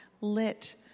lit